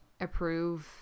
approve